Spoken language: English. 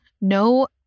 No